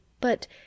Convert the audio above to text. But—